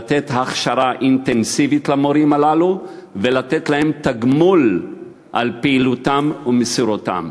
לתת הכשרה אינטנסיבית למורים הללו ולתת להם תגמול על פעילותם ומסירותם.